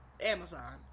Amazon